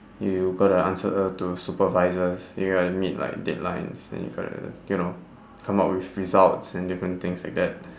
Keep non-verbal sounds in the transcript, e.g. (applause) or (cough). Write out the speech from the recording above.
you got to answer to supervisors you got meet like deadlines and you got to you know come out with results and different things like that (breath)